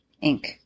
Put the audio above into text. ink